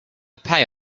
pay